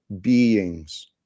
beings